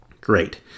great